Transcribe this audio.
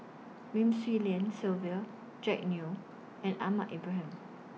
Lim Swee Lian Sylvia Jack Neo and Ahmad Ibrahim